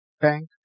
bank